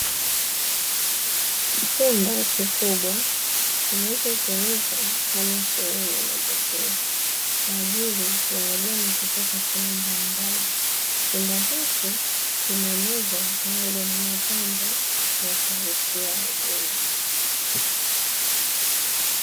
Chumba kikubwa kinachotumika kama sehemu ya mapokezi kwa ajili ya wageni kutoka sehemu mbalimbali, chumba hiki kina meza pamoja na mapambo ya kuvutia wageni.